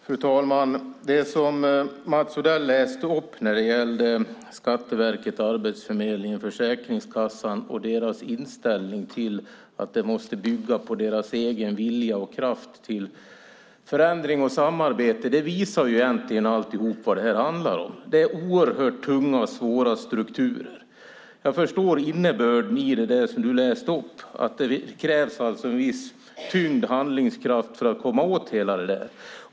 Fru talman! Det Mats Odell läste upp när det gällde Skatteverkets, Arbetsförmedlingens och Försäkringskassans inställning att det måste bygga på deras egen vilja och kraft till förändring och samarbete visar vad allt detta egentligen handlar om. Det är oerhört tunga och svåra strukturer. Jag förstår innebörden i det du läste upp, det vill säga att det krävs en viss tyngd och handlingskraft för att komma åt det hela.